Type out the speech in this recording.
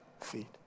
feet